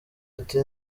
ati